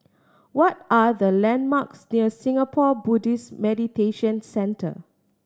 what are the landmarks near Singapore Buddhist Meditation Centre